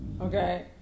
Okay